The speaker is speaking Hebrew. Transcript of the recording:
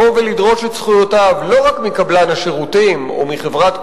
בוועדת חקירה ממלכתית ובוועדת בדיקה